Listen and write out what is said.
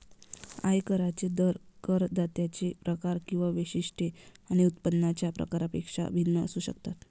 आयकरांचे दर करदात्यांचे प्रकार किंवा वैशिष्ट्ये आणि उत्पन्नाच्या प्रकारापेक्षा भिन्न असू शकतात